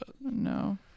No